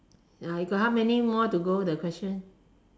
ya you got how many more to go the question